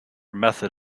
method